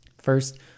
First